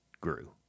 grew